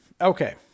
Okay